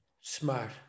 Smart